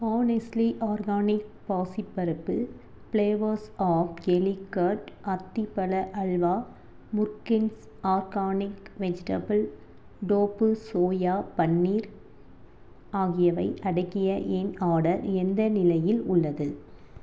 honestly organic பாசிப் பருப்பு flavours of Calicut அத்திப்பழ அல்வா முர்கின்ஸ் organic vegetable tofu soya paneer ஆகியவை அடக்கிய என் ஆர்டர் எந்த நிலையில் உள்ளது